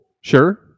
sure